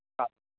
हां